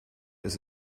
ist